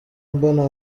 mbona